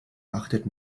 achtet